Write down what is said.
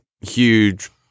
huge